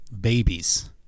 babies